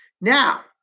Now